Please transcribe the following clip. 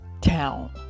town